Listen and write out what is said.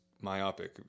myopic